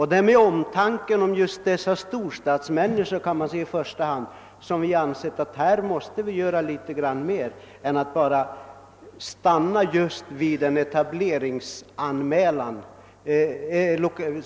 Det är av omtanke om dessa storstadsmänniskor som vi i första hand ansett att vi här måste göra något mera än att bara stanna vid en etableringsanmälan.